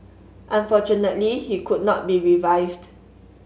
unfortunately he could not be revived